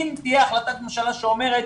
אם תהיה החלטת ממשלה שאומרת,